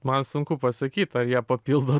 man sunku pasakyt ar jie papildo